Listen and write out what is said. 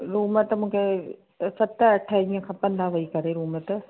room त मूंखे सत अठ ॾींहं खपंदा वेही करे रूम त